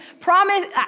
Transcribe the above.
promise